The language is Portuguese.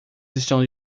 estão